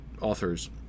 authors